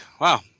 wow